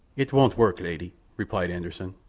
it won't work, lady, replied anderssen.